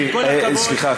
סליחה,